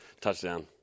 touchdown